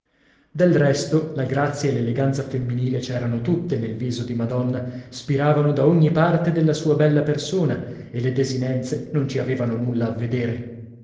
del resto la grazia e l'eleganza femminile c'erano tutte nel viso di madonna spiravano da ogni parte della sua bella persona e le desinenze non ci avevano nulla a vedere